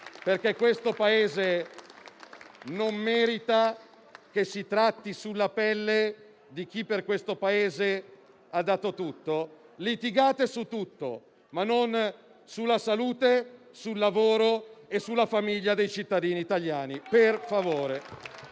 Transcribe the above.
perché questo Paese non merita che si tratti sulla pelle di chi, per questo Paese, ha dato tutto. Litigate su tutto, ma non sulla salute, sul lavoro e sulle famiglie dei cittadini italiani, per favore.